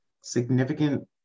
significant